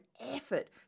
effort